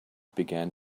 began